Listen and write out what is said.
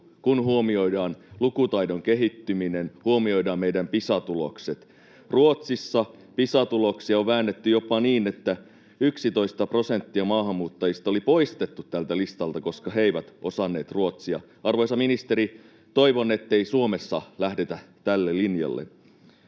kun huomioidaan lukutaidon kehittyminen, huomioidaan meidän Pisa-tulokset. Ruotsissa Pisa-tuloksia on väännetty jopa niin, että 11 prosenttia maahanmuuttajista oli poistettu tältä listalta, koska he eivät osanneet ruotsia. Arvoisa ministeri, toivon, ettei Suomessa lähdetä tälle linjalle.